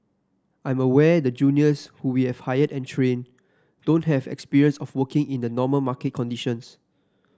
I'm aware the juniors who we have hired and trained don't have experience of working in the normal market conditions